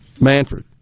Manfred